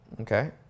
okay